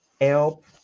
help